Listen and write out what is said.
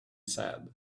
said